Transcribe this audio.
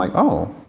like oh.